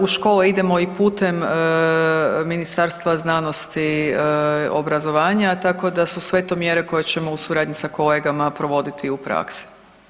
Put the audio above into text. U škole idemo i putem Ministarstva znanosti i obrazovanja, tako da su sve to mjere koje ćemo u suradnji sa kolegama provoditi u praksi.